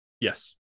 yes